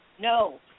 no